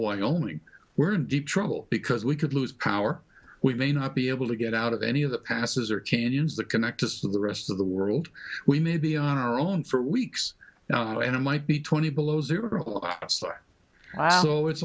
wyoming we're in deep trouble because we could lose power we may not be able to get out of any of the passes or changes that connect us to the rest of the world we may be on our own for weeks now and it might be twenty below zero so it's